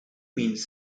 means